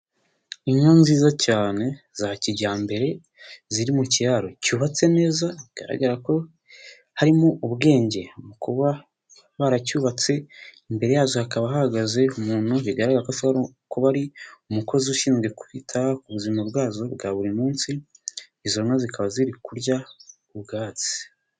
Inkuru nziza cyane za kijyambere ziri mu kiraro cyubatse neza bigaragara ko harimo ubwenge mu kuba baracyubatse, imbere yazo hakaba hahagaze umuntu bigaragara ko ashobora kuba ari umukozi ushinzwe kwita ku buzima bwazo bwa buri munsi, izo nka zikaba ziri kurya ubwatsi.